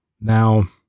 Now